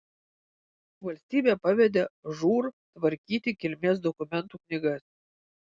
valstybė pavedė žūr tvarkyti kilmės dokumentų knygas